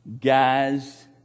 guys